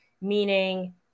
meaning